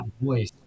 voice